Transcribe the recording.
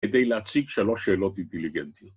‫כדי להציג שלוש שאלות אינטליגנטיות.